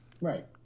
Right